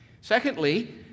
Secondly